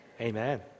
Amen